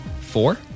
four